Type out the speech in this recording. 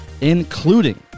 including